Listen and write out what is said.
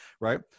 right